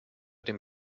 dem